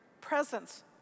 presence